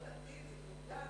מאוד עדין.